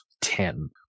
ten